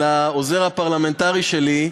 לעוזר הפרלמנטרי שלי,